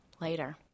later